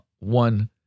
One